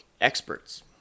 experts